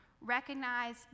recognize